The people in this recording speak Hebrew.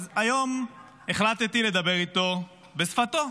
אז היום החלטתי לדבר איתו בשפתו,